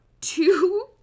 two